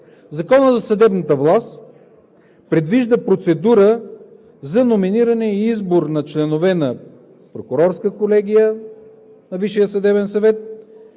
Законът за съдебната власт предвижда процедура за номиниране и избор на членове на Прокурорска колегия на